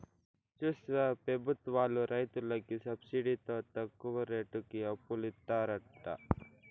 చూస్తివా పెబుత్వాలు రైతులకి సబ్సిడితో తక్కువ రేటుకి అప్పులిత్తారట